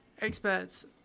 experts